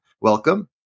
Welcome